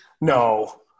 No